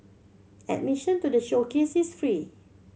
admission to the showcase is free